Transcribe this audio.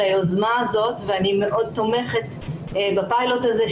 היוזמה הזאת ואני מאוד תומכת בפיילוט הזה,